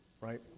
right